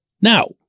Now